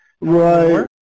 right